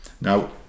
Now